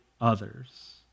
others